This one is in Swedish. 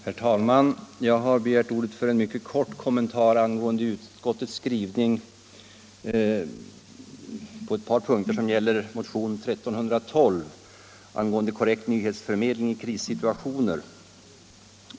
Herr talman! Jag har begärt ordet för att göra en mycket kort kommentar angående utskottets skrivning på ett par punkter när det gäller motionen 1312 angående korrekt nyhetsförmedling i krissituationer.